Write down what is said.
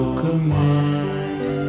command